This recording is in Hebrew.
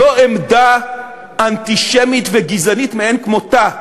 זאת עמדה אנטישמית וגזענית מאין כמותה.